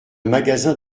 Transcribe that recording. magasin